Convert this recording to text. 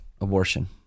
abortion